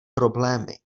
problémy